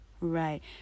Right